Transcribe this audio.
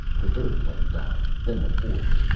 the third plane dived, then the fourth.